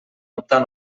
optar